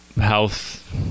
health